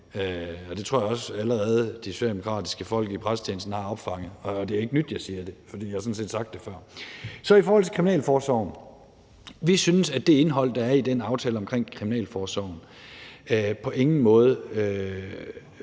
Det tror jeg også allerede at de socialdemokratiske folk i pressetjenesten har opfanget. Og det er jo ikke nyt, at jeg siger det, for jeg har sådan set sagt det før. Så i forhold til kriminalforsorgen: Vi synes, at det indhold, der er i den aftale om kriminalforsorgen, på ingen måde